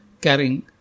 carrying